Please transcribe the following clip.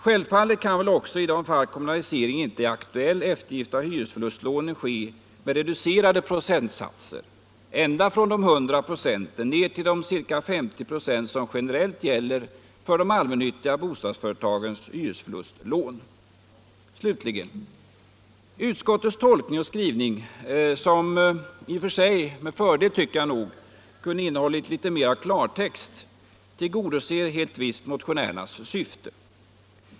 Självfallet kan väl också i de fall kommunalisering ej är aktuell eftergift av hyresförlustlånen ske med reducerade procentsatser från 100 96 ända ner till de cirka 50 96 som generellt gäller för de allmännyttiga bostadsföretagens hyresförlustlån. Utskottets tolkning och skrivning, som i och för sig med fördel kunde ha innehållit litet mer av klartext, tillgodoser helt visst motionärernas syfte.